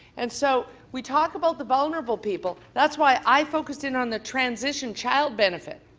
and so we talk about the vulnerable people. that's why i focused in on the transition child benefit.